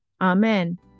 amen